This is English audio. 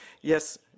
Yes